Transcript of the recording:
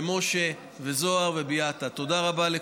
לפי הצעת החוק